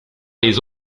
les